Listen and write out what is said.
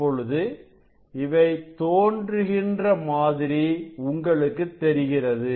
இப்பொழுது இவை தோன்றுகிற மாதிரி உங்களுக்கு தெரிகிறது